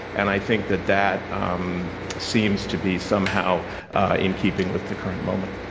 and i think that that um seems to be somehow in keeping with the current moment.